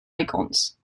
icons